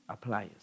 appliers